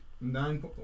Nine